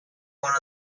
one